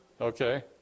Okay